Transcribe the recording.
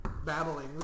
Babbling